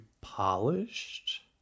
polished